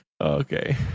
Okay